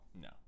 no